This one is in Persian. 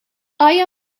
آیا